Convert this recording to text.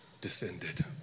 descended